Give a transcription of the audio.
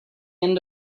end